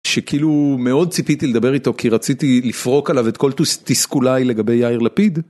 שכאילו מאוד ציפיתי לדבר איתו כי רציתי לפרוק עליו את כל תסכוליי לגבי יאיר לפיד.